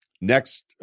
Next